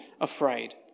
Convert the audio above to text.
afraid